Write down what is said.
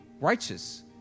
righteous